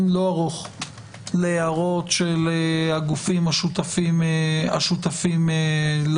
לא ארוך להערות של הגופים השותפים לעניין,